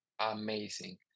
amazing